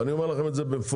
ואני אומר לכם את זה במפורש.